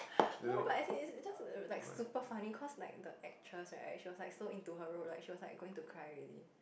no but as in its its just like super funny cause like the actress right she was like so into her role right she was going to cry already